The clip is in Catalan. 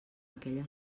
aquella